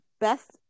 best